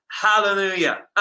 hallelujah